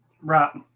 Right